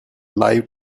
live